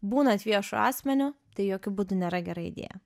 būnant viešu asmeniu tai jokiu būdu nėra gera idėja